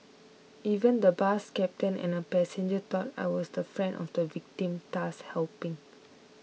even the bus captain and a passenger thought I was the friend of the victim thus helping